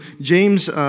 James